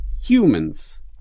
humans